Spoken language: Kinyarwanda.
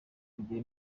kugira